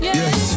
yes